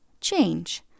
change